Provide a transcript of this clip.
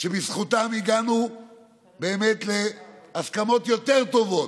שבזכותם הגענו באמת להסכמות יותר טובות,